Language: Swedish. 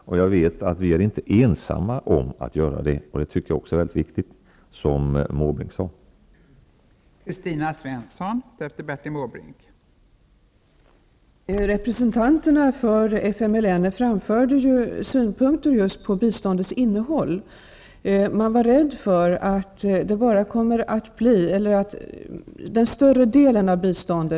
Och jag vet att vi inte är ensamma om att göra det, vilket jag tycker är mycket viktigt, och det sade också Bertil Måbrink.